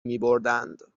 میبردند